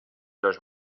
los